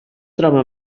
troba